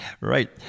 Right